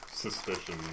suspicion